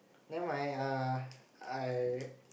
nevermind err I